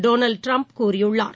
Donald Trump கூறியுள்ளார்